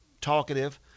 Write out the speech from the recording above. talkative